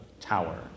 tower